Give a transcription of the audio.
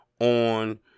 on